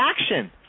action